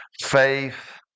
faith